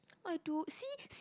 oh I do see see